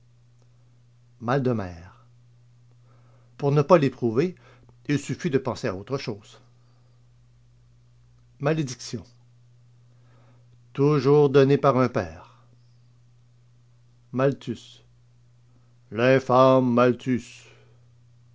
mal de mer pour ne pas l'éprouver il suffit de penser à autre chose malédiction toujours donné par un père malthus l'infâme malthus